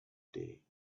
day